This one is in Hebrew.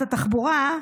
שרת התחבורה,